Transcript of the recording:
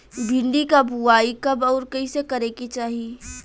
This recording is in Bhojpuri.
भिंडी क बुआई कब अउर कइसे करे के चाही?